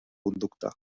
conducta